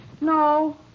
No